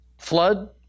flood